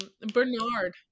Bernard